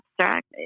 abstract